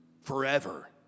forever